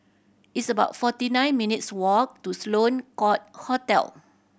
it's about forty nine minutes' walk to Sloane Court Hotel